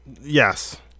Yes